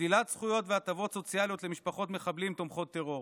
שלילת זכויות והטבות סוציאליות למשפחות מחבלים תומכות טרור.